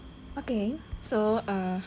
okay so err